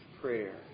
prayer